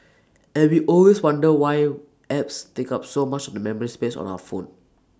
and we always wonder why apps take up so much the memory space on our phone